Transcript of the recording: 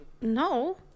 no